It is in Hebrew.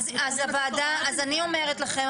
אז אני אומרת לכם,